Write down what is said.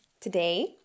Today